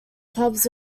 pubs